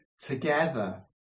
together